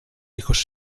hijos